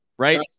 Right